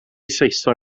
saeson